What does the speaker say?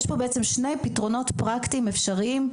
יש פה שני פתרונות פרקטיים אפשריים.